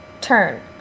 turn